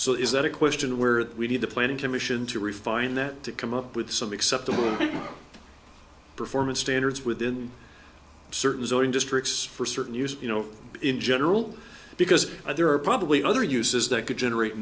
so is that a question where we need the planning commission to refine that to come up with some acceptance performance standards within certain districts for certain use you know in general because there are probably other uses that could generate